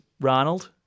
Ronald